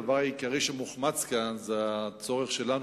הדבר העיקרי שמוחמץ כאן זה הצורך שלנו,